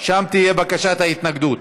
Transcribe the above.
שם תהיה בקשת ההתנגדות.